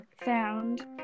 found